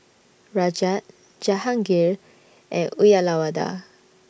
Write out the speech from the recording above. Rajat Jahangir and Uyyalawada